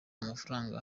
amafaranga